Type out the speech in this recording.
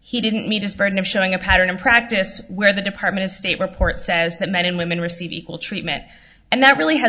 he didn't mean just burden of showing a pattern in practice where the department of state report says that men and women receive equal treatment and that really ha